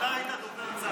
נחמן, אתה היית דובר צה"ל.